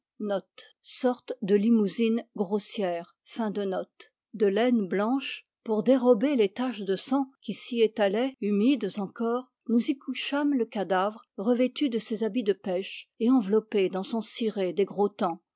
de laine blanche pour dérober les taches de sang qui s'y étalaient humides encore nous y couchâmes le cadavre revêtu de ses habits de pêche et enveloppé dans son ciré des gros temps